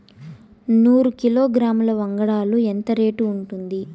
నూరు కిలోగ్రాముల వంగడాలు ఎంత రేటు ఉంటుంది?